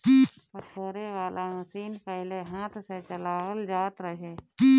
पछोरे वाला मशीन पहिले हाथ से चलावल जात रहे